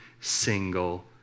single